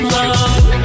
Love